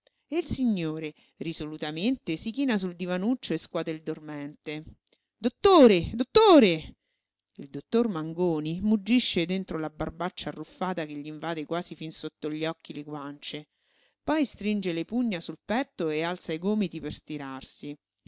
io e il signore risolutamente si china sul sul divanuccio e scuote il dormente dottore dottore il dottor mangoni muggisce dentro la barbaccia arruffata che gl'invade quasi fin sotto gli occhi le guance poi stringe le pugna sul sul petto e alza i gomiti per stirarsi